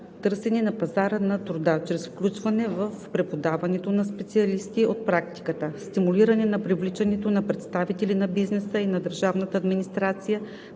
търсени на пазара на труда, чрез включване в преподаването на специалисти от практиката. Стимулиране на привличането на представители на бизнеса и на държавната администрация